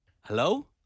Hello